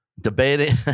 debating